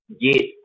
get